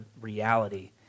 reality